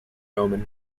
roman